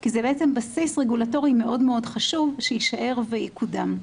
כי זה בעצם בסיס רגולטורי מאוד מאוד חשוב שיישאר ויקודם.